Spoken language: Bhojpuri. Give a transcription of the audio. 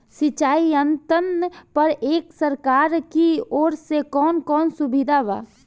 सिंचाई यंत्रन पर एक सरकार की ओर से कवन कवन सुविधा बा?